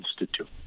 Institute